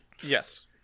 Yes